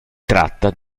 tratta